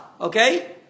Okay